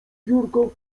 biurko